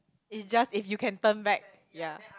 is just if you can turn back ya